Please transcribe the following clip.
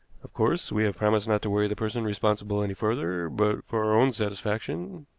of course, we have promised not to worry the person responsible any further, but for our own satisfaction